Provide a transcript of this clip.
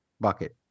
bucket